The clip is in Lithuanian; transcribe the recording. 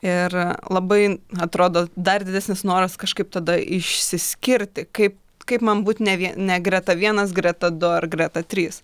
ir labai atrodo dar didesnis noras kažkaip tada išsiskirti kaip kaip man būt ne ne greta vienas greta du ar greta trys